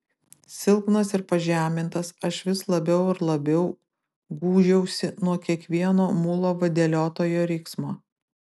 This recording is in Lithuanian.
silpnas ir pažemintas aš vis labiau ir labiau gūžiausi nuo kiekvieno mulo vadeliotojo riksmo